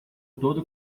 todo